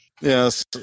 Yes